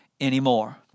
anymore